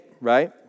right